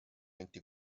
anti